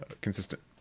consistent